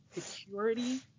security